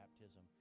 baptism